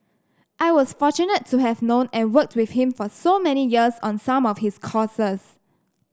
I was fortunate to have known and worked with him for so many years on some of his causes